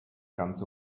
ganze